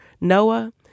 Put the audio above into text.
Noah